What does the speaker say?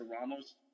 Ramos